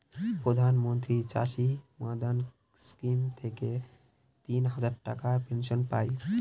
প্রধান মন্ত্রী চাষী মান্ধান স্কিম থেকে তিন হাজার টাকার পেনশন পাই